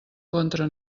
contra